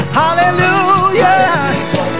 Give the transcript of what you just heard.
hallelujah